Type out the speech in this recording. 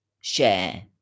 share